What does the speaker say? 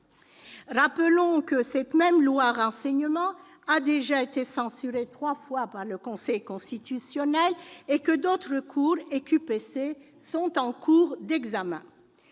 Rappelons que cette même loi Renseignement a déjà été censurée trois fois par le Conseil constitutionnel, et que d'autres recours et questions prioritaires